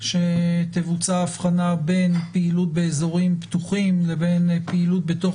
שתבוצע אבחנה בין פעילות באזורים פתוחים לבין פעילות בתוך